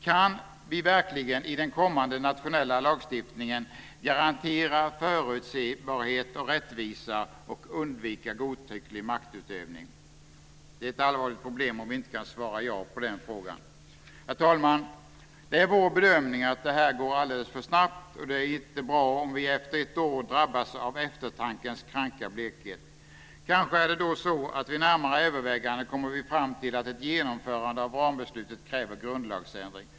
Kan vi verkligen i den kommande nationella lagstiftningen garantera förutsebarhet och rättvisa och undvika godtycklig maktutövning? Det är ett allvarligt problem om vi inte kan svara ja på den frågan. Herr talman! Det är vår bedömning att det här går alldeles för snabbt. Det är inte bra om vi efter ett år drabbas av eftertankens kranka blekhet. Kanske blir det så att vi vid närmare övervägande kommer fram till att ett genomförande av rambeslutet kräver grundlagsändring.